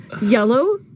yellow